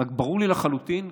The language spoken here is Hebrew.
ברור לי לחלוטין,